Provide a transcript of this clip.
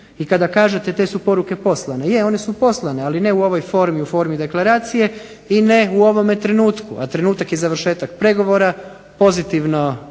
I kada kažete te su poruke poslane. Je, one su poslane, ali ne u ovoj formi, u formi deklaracije, i ne u ovome trenutku, a trenutak je završetak pregovora, pozitivno